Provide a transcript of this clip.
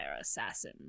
assassin